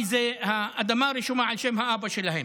כי האדמה רשומה על שם האבא שלהם.